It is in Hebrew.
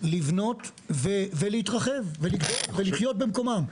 לבנות ולהתרחב ולגדול ולחיות במקומם.